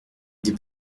des